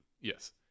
Yes